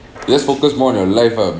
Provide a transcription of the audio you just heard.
just focus more on your life ah